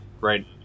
right